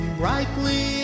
brightly